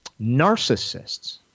narcissists